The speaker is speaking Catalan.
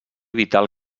vital